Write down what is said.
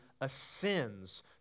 ascends